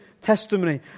testimony